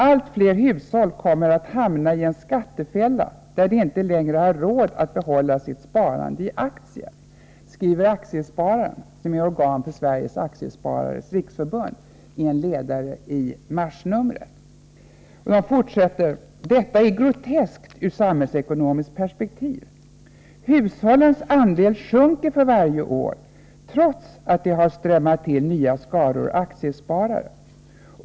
Allt fler hushåll kommer att hamna i en ”skattefälla”, där de inte längre har råd att behålla sitt sparande i aktier”, skriver Aktiespararen, organ för Sveriges aktiesparares riksförbund, i en ledare i marsnummret. ”Detta är groteskt ur samhällsekonomiskt perspektiv. ——— Hushållens andel sjunker för varje år, trots att det har strömmat till nya skaror aktiesparare.